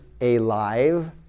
alive